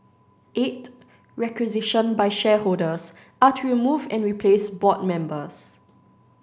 eight requisitioned by shareholders are to remove and replace board members